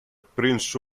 prince